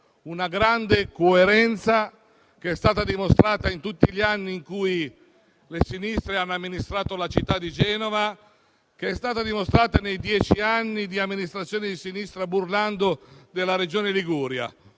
una grande coerenza, dimostrata in tutti gli anni in cui le sinistre hanno amministrato la città di Genova e che è stata dimostrata nei dieci anni dell'amministrazione di sinistra Burlando della Regione Liguria: